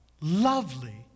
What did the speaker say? lovely